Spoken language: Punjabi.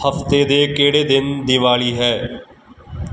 ਹਫ਼ਤੇ ਦੇ ਕਿਹੜੇ ਦਿਨ ਦੀਵਾਲੀ ਹੈ